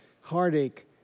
heartache